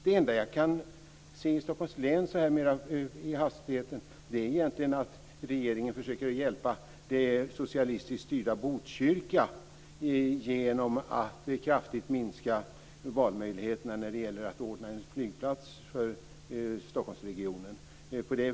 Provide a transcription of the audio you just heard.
Det enda jag kan se i Stockholms län så här i hastigheten är att regeringen försöker hjälpa det socialistiskt styrda Botkyrka genom att kraftigt minska valmöjligheterna när det gäller att ordna en flygplats för Stockholmsregionen.